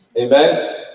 Amen